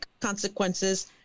consequences